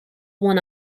one